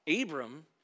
Abram